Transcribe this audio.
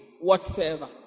whatsoever